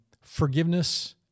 forgiveness